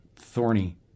thorny